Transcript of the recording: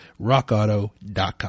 rockauto.com